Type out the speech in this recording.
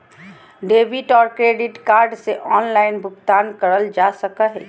debit और credit card से online भुगतान करल जा सको हय